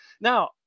Now